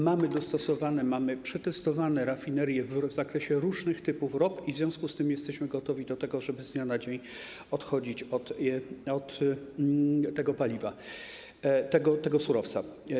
Mamy dostosowane, mamy przetestowane rafinerie w zakresie różnych typów rop i w związku z tym jesteśmy gotowi do tego, żeby z dnia na dzień odchodzić od tego paliwa, tego surowca.